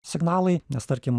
signalai nes tarkim